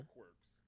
Quirks